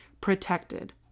protected